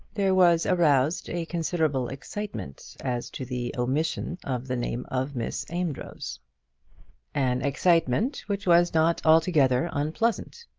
there was aroused a considerable excitement as to the omission of the name of miss amedroz an excitement which was not altogether unpleasant.